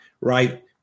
right